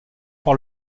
par